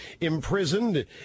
imprisoned